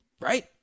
right